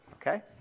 Okay